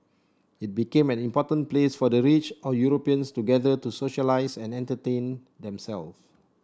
it became an important place for the rich or Europeans to gather to socialise and entertain themselves